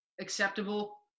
acceptable